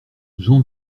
j’en